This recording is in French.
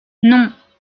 non